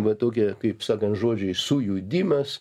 va tokie kaip sakant žodžiai sujudimas